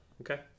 okay